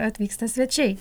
atvyksta svečiai